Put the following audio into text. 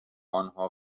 آنها